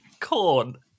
corn